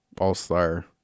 all-star